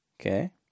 okay